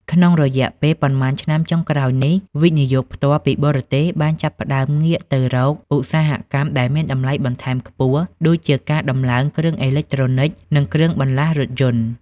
ក្នុងរយៈពេលប៉ុន្មានឆ្នាំចុងក្រោយនេះ វិនិយោគផ្ទាល់ពីបរទេស បានចាប់ផ្ដើមងាកទៅរកឧស្សាហកម្មដែលមានតម្លៃបន្ថែមខ្ពស់ ដូចជាការដំឡើងគ្រឿងអេឡិចត្រូនិក និងគ្រឿងបន្លាស់រថយន្ត។